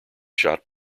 shot